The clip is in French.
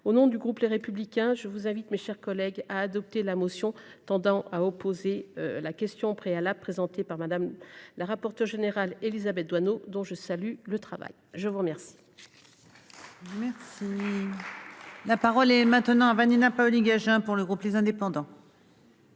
au nom du groupe Les Républicains, je vous invite, mes chers collègues, à adopter la motion tendant à opposer la question préalable présentée par Mme la rapporteure générale Élisabeth Doineau, dont je salue le travail. La parole